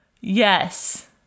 Yes